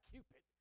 Cupid